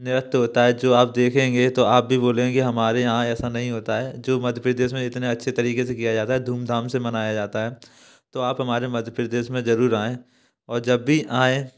नृत्य होता है जो आप देखेंगे तब आप भी बोलेंगे हमारे यहाँ ऐसा नहीं होता है जो मध्य प्रदेश में इतने अच्छे तरीके से किया जाता है धूमधाम से मनाया जाता है तो आप हमारे मध्य प्रदेश में जरूर आएं और जब भी आएं